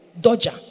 Dodger